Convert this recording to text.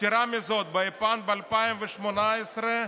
יתרה מזו, ביפן, ב-2018,